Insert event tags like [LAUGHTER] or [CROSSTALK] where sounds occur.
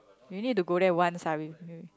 [NOISE] you need to go there once ah with me